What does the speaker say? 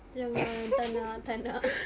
ya ampun tak nak tak nak